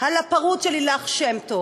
על הפרוד של לילך שם טוב.